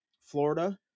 Florida